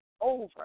over